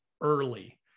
early